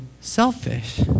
selfish